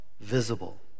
visible